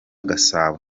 gasabo